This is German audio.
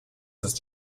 ist